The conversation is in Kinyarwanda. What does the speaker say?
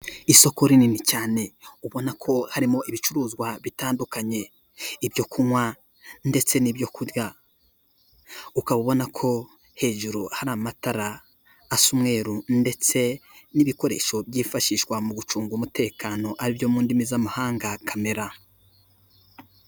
Isoko rinini cyane ubona ko harimo ibicuruzwa bitandukanye, ibyo kunywa ndetse n'ibyo kurya. Ukaba ubona ko hejuru hari amatara asa umweru ndetse n'ibikoresho byifashishwa mu gucunga umutekano aribyo mu ndimi z'amahanga kamera.